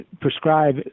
prescribe